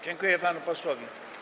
Dziękuję panu posłowi.